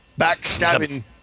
backstabbing